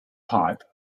pipe